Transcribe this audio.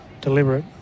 deliberate